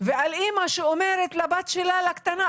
אנחנו חייבים להתקדם.